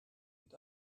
und